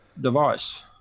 device